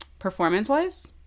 Performance-wise